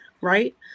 right